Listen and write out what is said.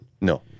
No